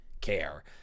care